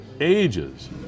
ages